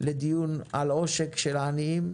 לדיון על עושק של העניים,